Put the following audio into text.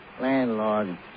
Landlord